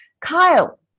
Kyle